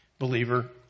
Believer